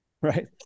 Right